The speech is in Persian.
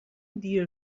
دیر